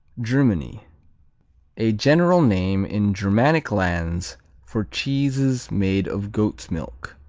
germany a general name in germanic lands for cheeses made of goat's milk.